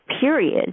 period